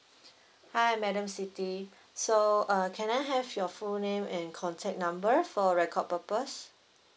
hi madam siti so uh can I have your full name and contact number for record purpose